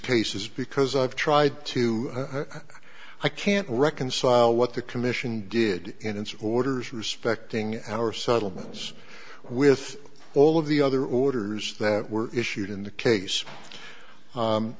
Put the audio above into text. cases because i've tried to i can't reconcile what the commission did in its orders respecting our settlements with all of the other orders that were issued in the case